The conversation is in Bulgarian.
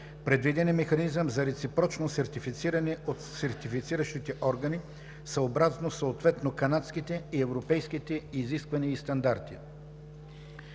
Предвиден е механизъм за реципрочно сертифициране от сертифициращите органи, съобразно съответно канадските и европейските изисквания и стандарти.